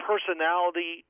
personality